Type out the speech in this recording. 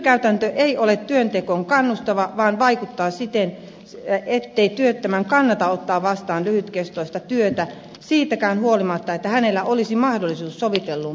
nykykäytäntö ei ole työntekoon kannustava vaan vaikuttaa siten ettei työttömän kannata ottaa vastaan lyhytkestoista työtä siitäkään huolimatta että hänellä olisi mahdollisuus soviteltuun päivärahaan